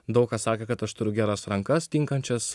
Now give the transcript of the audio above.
daug kas sakė kad aš turiu geras rankas tinkančias